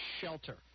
SHELTER